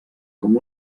com